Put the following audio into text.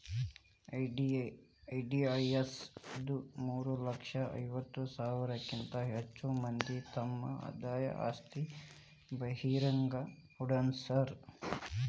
VDIS ಇಂದ ಮೂರ ಲಕ್ಷ ಐವತ್ತ ಸಾವಿರಕ್ಕಿಂತ ಹೆಚ್ ಮಂದಿ ತಮ್ ಆದಾಯ ಆಸ್ತಿ ಬಹಿರಂಗ್ ಪಡ್ಸ್ಯಾರ